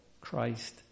Christ